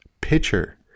pitcher